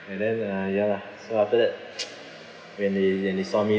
and then uh ya lah so after that when they when they saw me